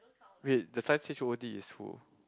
wait the science H_O_D is who